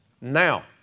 Now